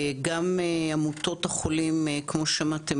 גם עמותות החולים כמו ששמעתם,